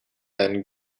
and